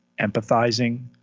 empathizing